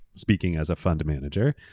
speaking as a fund manager,